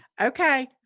Okay